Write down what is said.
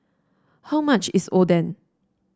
how much is Oden